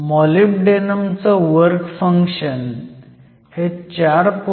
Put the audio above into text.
molybdenum चं work function हे 4